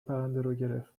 پرنده